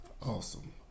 Awesome